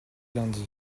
lundi